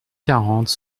quarante